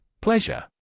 Pleasure